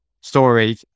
story